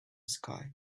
sky